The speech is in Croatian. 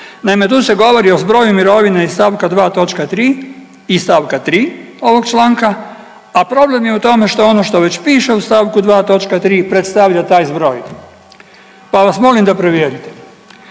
Naime, tu se govori o zbroju mirovine iz st. 2. toč. 3. i st. 3. ovog članka, a problem je u tome što ono što već piše u st. 2. toč. 3. predstavlja taj zbroj, pa vas molim da provjerite.